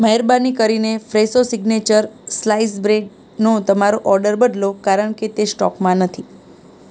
મહેરબાની કરીને Freso signature slice બ્રેડનો તમારો ઓર્ડર બદલો કારણ કે તે સ્ટોકમાં નથી